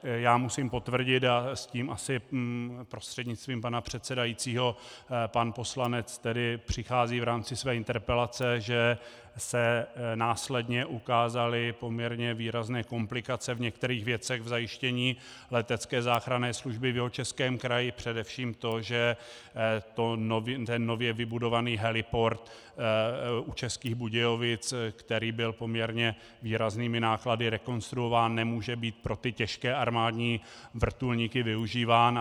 Já musím potvrdit a s tím asi prostřednictvím pana předsedajícího pan poslanec tedy přichází v rámci své interpelace, že se následně ukázaly poměrně výrazné komplikace v některých věcech v zajištění letecké záchranné služby v Jihočeském kraji, především to, že nově vybudovaný heliport u Českých Budějovic, který byl poměrně výraznými náklady rekonstruován, nemůže být pro ty těžké armádní vrtulníky využíván.